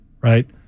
right